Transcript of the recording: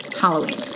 Halloween